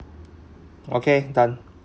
okay done